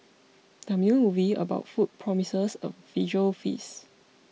the new movie about food promises a visual feast